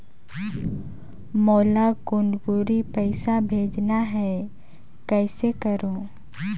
मोला कुनकुरी पइसा भेजना हैं, कइसे करो?